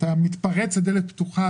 מתפרץ לדלת פתוחה.